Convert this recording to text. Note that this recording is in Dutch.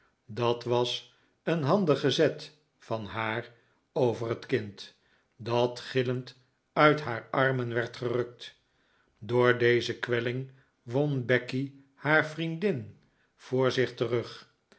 dat was een handige zet van haar over het kind dat gillend uit haar armen werd gerukt door deze kwelling won becky haar vriendin voor zich terug